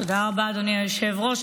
תודה רבה, אדוני היושב-ראש.